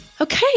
Okay